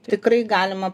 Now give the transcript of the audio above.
tikrai galima